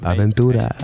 Aventura